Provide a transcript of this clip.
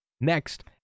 next